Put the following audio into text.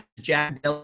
Jack